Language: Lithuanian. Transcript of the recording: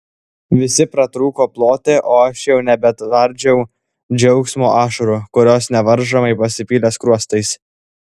visi pratrūko ploti o aš jau nebetvardžiau džiaugsmo ašarų kurios nevaržomai pasipylė skruostais